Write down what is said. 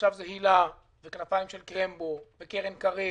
עכשיו זה היל"ה, זה כנפיים של קרמבו, וקרן קרב,